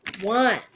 one